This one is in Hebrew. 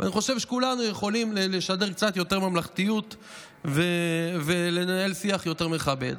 ואני חושב שכולנו יכולים לשדר קצת יותר ממלכתיות ולנהל שיח יותר מכבד.